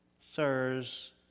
Sirs